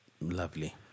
Lovely